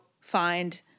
find